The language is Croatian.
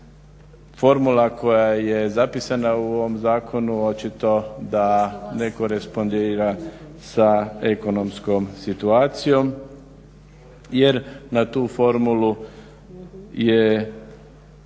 formula koja je zapisana u ovom zakonu očito da ne korespondira sa ekonomskom situacijom jer na tu formulu je